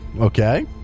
okay